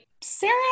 Sarah